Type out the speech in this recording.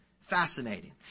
fascinating